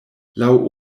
laŭ